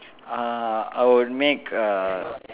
uh I would make a